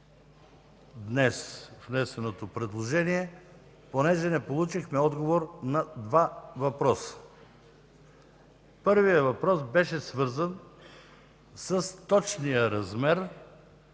днес внесеното предложение, понеже не получихме отговор на два въпроса. Първият въпрос беше свързан с точния размер